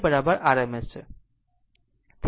તે છે તે RMS મૂલ્ય છે